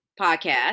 podcast